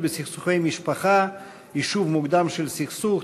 בסכסוכי משפחה (יישוב מוקדם של הסכסוך),